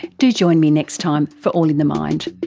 do join me next time for all in the mind